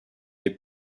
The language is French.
est